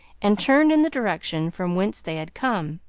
and turned in the direction from whence they had come.